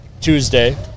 Tuesday